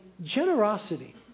generosity